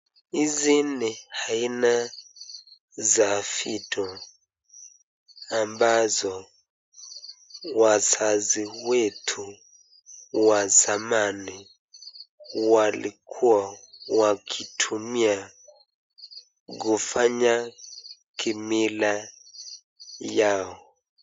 Hizi ni aina za vitu ambazo wazazi wetu wa zamani walikuwa wakitumia kufanya kimila yao.